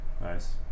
Nice